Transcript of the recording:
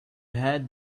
had